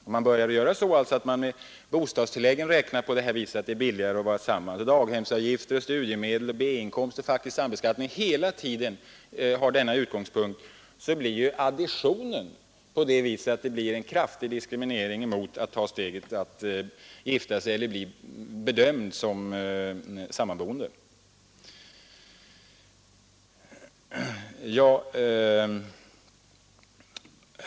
Om man hela tiden — när det gäller bostadstillägg, daghemsavgifter, studiemedel, B-inkomst och faktisk sambeskattning — har utgångspunkten att det är billigare att bara bo tillsammans kommer ju additionen att gå ut på att det blir en kraftig diskriminering ifall man tar steget att gifta sig eller blir bedömd som faktiskt sammanboende.